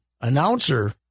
announcer